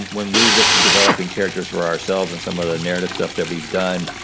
when we're developing characters for ourselves in some of the narrative stuff that we've done,